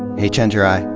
hey, chenjerai.